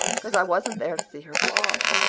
cause i wasn't there to see her fall.